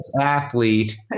athlete